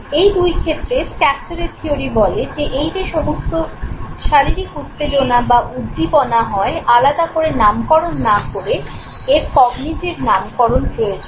এই দুই ক্ষেত্রে স্ক্যাকটারের থিয়োরি বলে যে এই যে সমস্ত শারীরিক উত্তেজনা বা উদ্দীপনা হয় আলাদা করে নামকরণ না করে এর কগ্নিটিভ নামকরণ প্রয়োজন